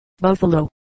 Buffalo